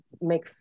make